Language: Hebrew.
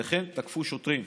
וכן תקפו שוטרים.